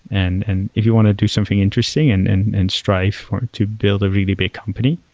and and if you want to do something interesting and and and strive for it to build a really big company,